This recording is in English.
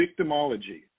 victimology